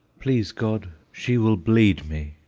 please god, she will bleed me.